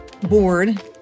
board